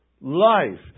Life